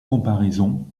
comparaison